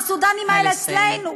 והסודנים האלה אצלנו,